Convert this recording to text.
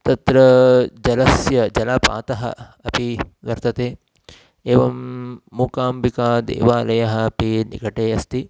तत्र जलस्य जलपातः अपि वर्तते एवं मूकाम्बिकादेवालयः अपि निकटे अस्ति